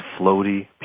floaty